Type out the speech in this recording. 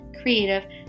creative